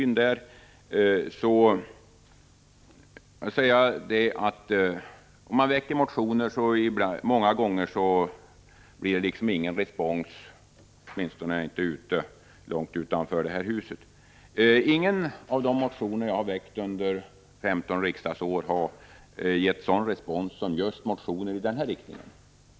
När man väcker motioner blir det många gånger ingen respons, åtminstone inte långt utanför detta hus. Inga av de motioner jag har väckt under 15 riksdagsår har gett sådan respons som just motionerna i detta ärende.